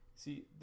See